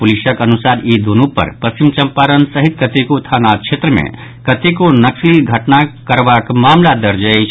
पुलिसक अनुसार ई दूनू पर पश्चिम चंपारण सहित कतेको थाना क्षेत्र मे कतेको नक्सली घटना करबाक मामिला दर्ज अछि